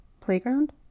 playground